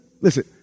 listen